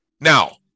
Now